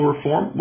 reform